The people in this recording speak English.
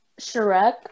Shrek